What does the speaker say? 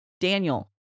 Daniel